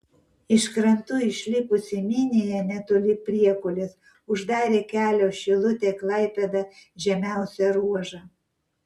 iš krantų išlipusi minija netoli priekulės uždarė kelio šilutė klaipėda žemiausią ruožą